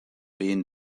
being